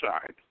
side